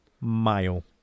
mile